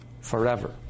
forever